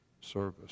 service